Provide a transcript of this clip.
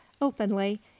openly